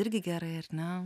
irgi gerai ar ne